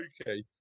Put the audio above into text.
Okay